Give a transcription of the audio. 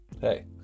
hey